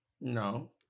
No